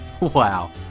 Wow